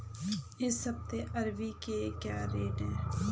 इस हफ्ते अरबी के क्या रेट हैं?